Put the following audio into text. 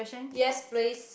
yes please